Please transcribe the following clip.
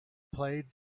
played